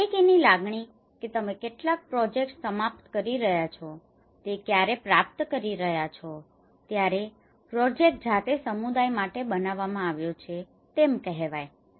માલિકીની લાગણી કે તમે કેટલાક પ્રોજેક્ટ્સ સમાપ્ત કરી રહ્યા છો તે ક્યારે પ્રાપ્ત કરી રહ્યાં છો ત્યારે પ્રોજેક્ટ જાતે સમુદાય માટે બનાવવામાં આવ્યો છે તેમ કહેવાય